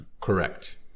Correct